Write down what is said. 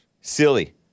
Silly